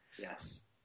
Yes